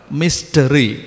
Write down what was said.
mystery